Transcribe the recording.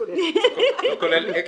2 נגד,